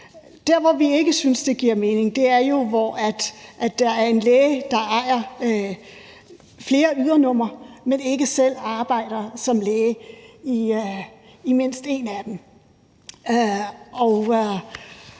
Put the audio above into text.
Der, hvor vi ikke synes det giver mening, er, hvor der er en læge, der ejer flere ydernumre, men ikke selv arbejder som læge under mindst et af dem.